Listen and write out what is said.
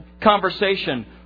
conversation